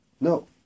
No